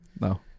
No